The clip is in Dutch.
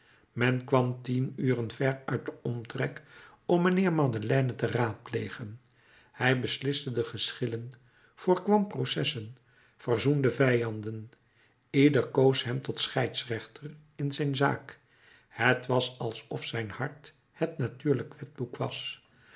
men kwam tien uren ver uit den omtrek om mijnheer madeleine te raadplegen hij besliste de geschillen voorkwam processen verzoende vijanden ieder koos hem tot scheidsrechter in zijn zaak het was alsof zijn hart het natuurlijk wetboek was